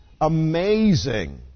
amazing